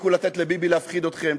תפסיקו לתת לביבי להפחיד אתכם,